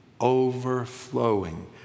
overflowing